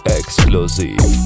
exclusive